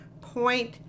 point